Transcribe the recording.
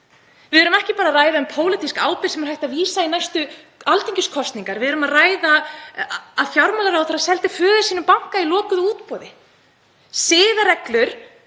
Við erum ekki bara að ræða um pólitíska ábyrgð sem er hægt að vísa í næstu alþingiskosningar. Við erum að ræða að fjármálaráðherra seldi föður sínum banka í lokuðu útboði. Siðareglur